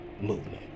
movement